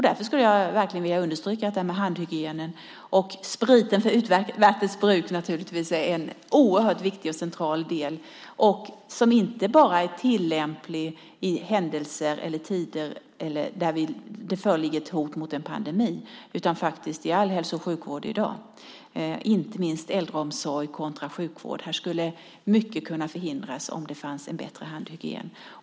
Därför skulle jag verkligen vilja understryka att handhygienen och spriten för utvärtes bruk naturligtvis är en oerhört viktig och central del, som inte bara är tillämplig i händelser eller tider där det föreligger ett hot om pandemi utan i all hälso och sjukvård i dag, inte minst i äldreomsorgen. Här skulle mycket kunna förhindras om det fanns en bättre handhygien.